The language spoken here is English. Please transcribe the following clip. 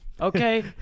Okay